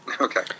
Okay